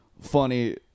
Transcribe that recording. funny